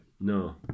No